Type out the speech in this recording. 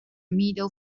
middle